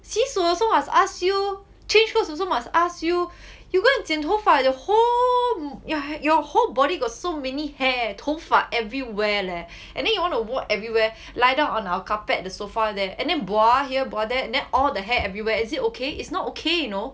洗手 also must ask you change clothes also must ask you you go and 剪头发 the whole your whole body got so many hair 头发 everywhere leh and then you want to walk everywhere lie down on our carpet the sofa there and then bua here bua there and then all the hair everywhere is it okay it's not okay you know